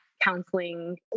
counseling